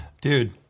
Dude